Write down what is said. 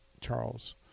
charles